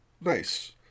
Nice